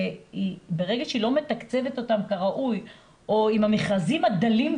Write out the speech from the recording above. וברגע שהיא לא מתקצבת אותם כראוי או עם המכרזים הדלים,